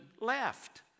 left